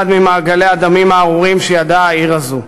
ממעגלי הדמים הארורים שידעה העיר הזאת.